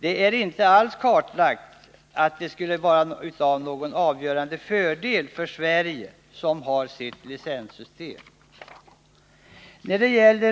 Det är inte alls kartlagt att det skulle vara till någon avgörande fördel för Sverige som har sitt licenssystem.